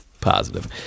positive